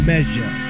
Measure